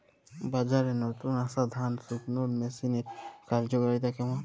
বাজারে নতুন আসা ধান শুকনোর মেশিনের কার্যকারিতা কেমন?